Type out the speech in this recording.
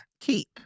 Keep